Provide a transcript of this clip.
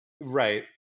Right